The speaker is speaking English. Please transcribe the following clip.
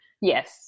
yes